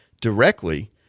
directly